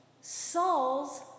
Saul's